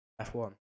F1